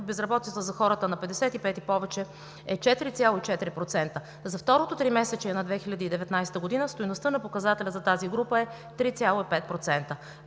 безработица за хората на 55 и повече години е 4,4%. За второто тримесечие на 2019 г. стойността на показателя за тази група е 3,5%.